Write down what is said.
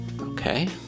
Okay